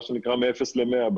מה שנקרא מאפס למאה,